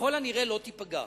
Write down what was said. ככל הנראה לא תיפגע,